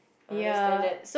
I understand that